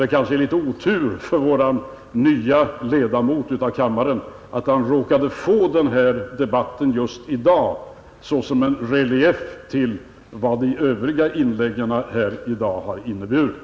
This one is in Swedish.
Det är kanske litet otur för vår nye ledamot av kammaren att han råkar få den här debatten just i dag såsom en relief till vad de övriga inläggen här i dag har inneburit.